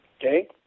okay